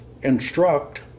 instruct